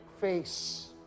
face